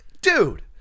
Dude